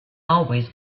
always